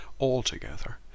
altogether